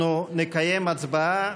אנחנו נקיים הצבעה